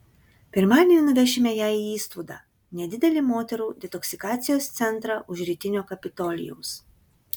pirmadienį nuvešime ją į istvudą nedidelį moterų detoksikacijos centrą už rytinio kapitolijaus